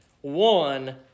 one